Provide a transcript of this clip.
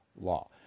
law